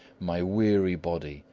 my weary body,